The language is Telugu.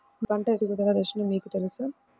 మీ పంట ఎదుగుదల దశలు మీకు తెలుసా?